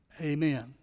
Amen